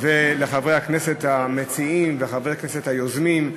ולחברי הכנסת המציעים, חברי הכנסת היוזמים.